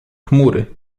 chmury